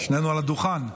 ושנינו על הדוכן.